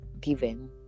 given